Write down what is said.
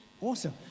awesome